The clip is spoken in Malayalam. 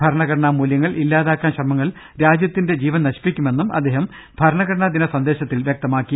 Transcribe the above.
ഭരണഘടനാ മൂല്യങ്ങൾ ഇല്ലാതാക്കാൻ ശ്രമങ്ങൾ രാജ്യത്തിന്റെ ജീവൻ നശിപ്പിക്കുമെന്നും അദ്ദേഹം ഭരണഘടന ദിന സന്ദേശത്തിൽ വൃക്തമാക്കി